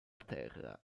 terra